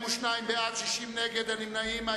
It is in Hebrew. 42 בעד, 60 נגד, אין נמנעים.